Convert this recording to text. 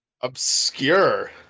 Obscure